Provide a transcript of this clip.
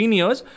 years